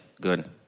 Good